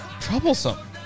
troublesome